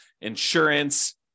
insurance